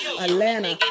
Atlanta